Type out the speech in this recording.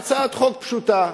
בהצעת חוק פשוטה,